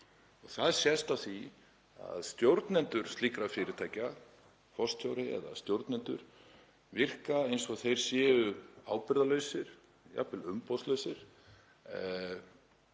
það sést á því að stjórnendur slíkra fyrirtækja, forstjóri eða stjórnendur, virka eins og þeir séu ábyrgðarlausir, jafnvel umboðslausir.